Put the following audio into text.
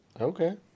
Okay